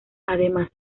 además